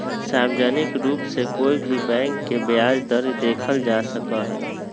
सार्वजनिक रूप से कोई भी बैंक के ब्याज दर के देखल जा सका हई